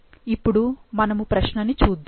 ఇప్పుడు మనము సమస్య ని చూద్దాము